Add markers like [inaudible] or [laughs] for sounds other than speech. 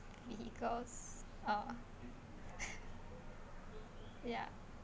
vehicles uh [laughs] ya